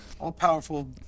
All-powerful